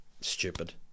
stupid